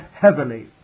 heavily